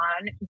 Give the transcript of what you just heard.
on